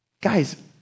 Guys